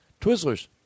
Twizzlers